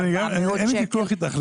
אין לי ויכוח איתך.